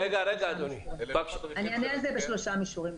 אני אענה על זה בשלושה מישורים.